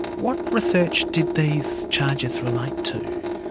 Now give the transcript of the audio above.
what research did these charges relate to?